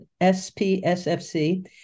S-P-S-F-C